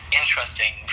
interesting